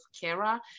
Kara